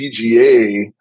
pga